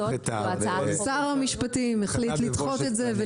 שר המשפטים החליט לדחות את זה,